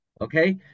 Okay